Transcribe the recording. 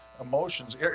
emotions